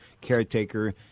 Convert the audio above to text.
caretaker